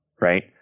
Right